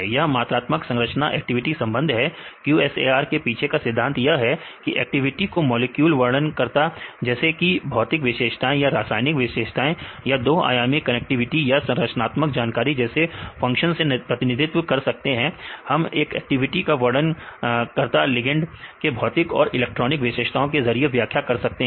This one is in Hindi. यह मात्रात्मक संरचना एक्टिविटी संबंध है QSAR के पीछे का सिद्धांत यह है कि एक्टिविटी को मॉलिक्यूलर वर्णन करता जैसे कि भौतिक विशेषताएं या रसायनिक विशेषताएं या 2 आयामी कनेक्टिविटी या संरचनात्मक जानकारी जैसे फंक्शन से प्रतिनिधित्व कर सकते हैं हम एक्टिविटी को वर्णन करता लिगेंड के भौतिक और इलेक्ट्रॉनिक विशेषताओं के जरिए व्याख्या कर सकते हैं